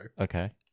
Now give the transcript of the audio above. Okay